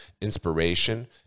inspiration